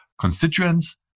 constituents